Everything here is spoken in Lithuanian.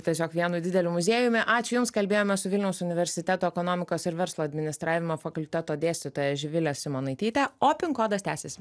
tiesiog vienu dideliu muziejumi ačiū jums kalbėjomės su vilniaus universiteto ekonomikos ir verslo administravimo fakulteto dėstytoja živile simonaityte o pin kodas tęsiasi